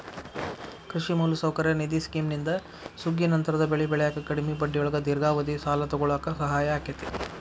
ಕೃಷಿ ಮೂಲಸೌಕರ್ಯ ನಿಧಿ ಸ್ಕಿಮ್ನಿಂದ ಸುಗ್ಗಿನಂತರದ ಬೆಳಿ ಬೆಳ್ಯಾಕ ಕಡಿಮಿ ಬಡ್ಡಿಯೊಳಗ ದೇರ್ಘಾವಧಿ ಸಾಲ ತೊಗೋಳಾಕ ಸಹಾಯ ಆಕ್ಕೆತಿ